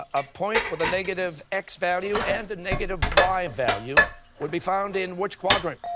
ah a point with a negative x value and a negative y value would be found in which quadrant?